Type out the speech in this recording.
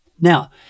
Now